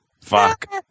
fuck